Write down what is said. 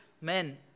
men